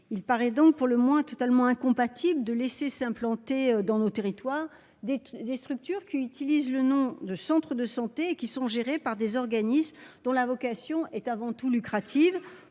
Il paraît donc pour le moins, totalement incompatible de laisser s'implanter dans nos territoires des des structures qui utilise le nom de Centre de santé qui sont gérés par des organismes dont la vocation est avant tout lucrative